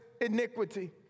iniquity